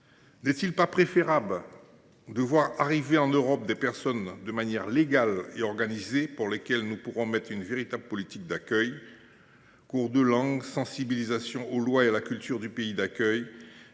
N’est-il pas préférable de voir arriver en Europe, de manière légale et organisée, des personnes pour lesquelles nous pourrons mettre en place une véritable politique d’accueil – cours de langue, sensibilisation aux lois et à la culture du pays d’accueil,